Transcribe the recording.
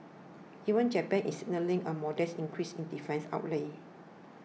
even Japan is signalling a modest increase in defence outlays